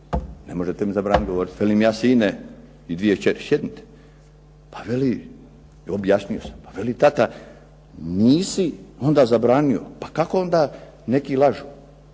Ne možete mi zabraniti govoriti. Velim ja sine i dvije kćeri sjednite, pa veli, objasnio sam. Pa veli tata nisi onda zabranio. Pa kako onda neki lažu?